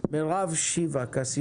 רן